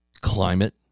Climate